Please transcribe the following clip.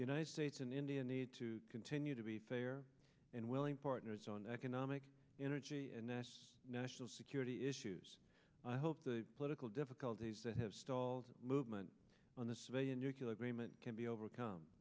the united states and india need to continue to be fair and willing partners on economic energy and mass national security issues i hope the political difficulties that have stalled movement on the civilian nuclear greyman can be overcome